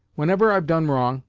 whenever i've done wrong,